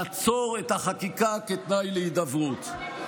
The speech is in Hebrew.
לעצור את החקיקה כתנאי להידברות.